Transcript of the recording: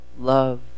Love